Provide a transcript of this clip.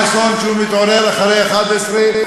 דיברתי על יואל חסון שהוא מתעורר אחרי 23:00,